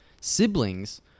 siblings